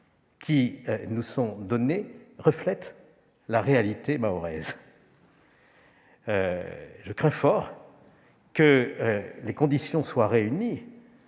qui nous sont donnés reflètent la réalité mahoraise. Je crains fort que les conditions ne soient réunies